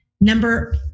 number